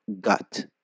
gut